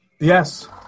Yes